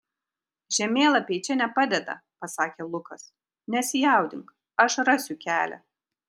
žemėlapiai čia nepadeda pasakė lukas nesijaudink aš rasiu kelią